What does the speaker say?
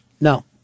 No